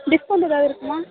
discount ஏதாவது இருக்குமா